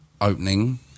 opening